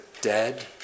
dead